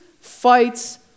fights